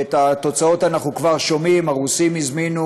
ואת התוצאות אנחנו כבר שומעים: הרוסים הזמינו